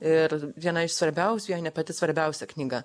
ir viena iš svarbiausių jei ne pati svarbiausia knyga